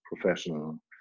professional